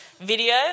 video